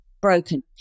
broken